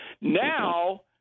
Now